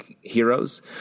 heroes